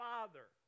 Father